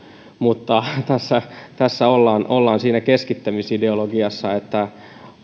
mutta tässä tässä ollaan ollaan siinä keskittämisideologiassa ja voi kysyä